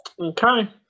Okay